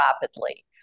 rapidly